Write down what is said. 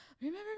Remember